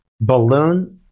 balloon